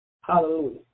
Hallelujah